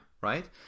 right